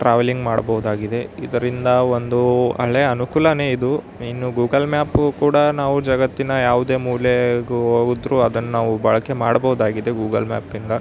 travelling ಮಾಡ್ಬೋದಾಗಿದೆ ಇದರಿಂದ ಒಂದು ಒಳ್ಳೆಯ ಅನುಕೂಲವೇ ಇದು ಇನ್ನು ಗೂಗಲ್ ಮ್ಯಾಪು ಕೂಡ ನಾವು ಜಗತ್ತಿನ ಯಾವುದೇ ಮೂಲೆಗೆ ಹೋದ್ರು ಅದನ್ನು ನಾವು ಬಳಕೆ ಮಾಡ್ಬೋದಾಗಿದೆ ಗೂಗಲ್ ಮ್ಯಾಪಿಂದ